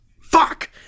Fuck